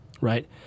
right